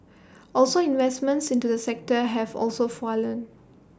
also investments into the sector have also fallen